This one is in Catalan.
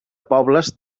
pobles